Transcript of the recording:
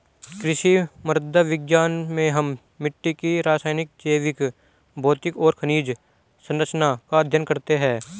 कृषि मृदा विज्ञान में हम मिट्टी की रासायनिक, जैविक, भौतिक और खनिज सरंचना का अध्ययन करते हैं